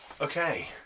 okay